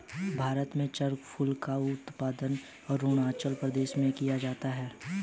भारत में चक्रफूल का उत्पादन अरूणाचल प्रदेश में किया जाता है